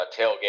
tailgate